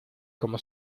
cómo